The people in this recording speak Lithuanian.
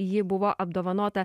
ji buvo apdovanota